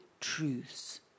truths